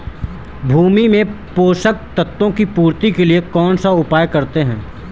भूमि में पोषक तत्वों की पूर्ति के लिए कौनसा उपाय करते हैं?